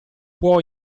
può